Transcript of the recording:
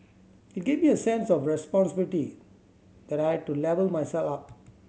it gave me a sense of responsibility that I to level myself up